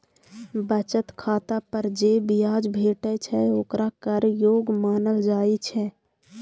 बचत खाता पर जे ब्याज भेटै छै, ओकरा कर योग्य मानल जाइ छै